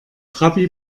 trabi